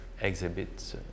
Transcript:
exhibits